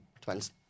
Twins